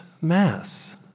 mass